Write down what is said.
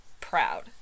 proud